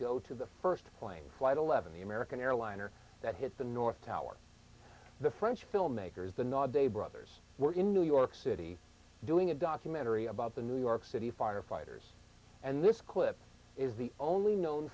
go to the first plane flight eleven the american airliner that hit the north tower the french filmmakers the na day brothers were in new york city doing a documentary about the new york city firefighters and this clip is the only known